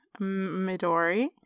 midori